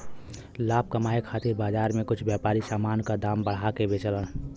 लाभ कमाये खातिर बाजार में कुछ व्यापारी समान क दाम बढ़ा के बेचलन